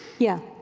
yeah.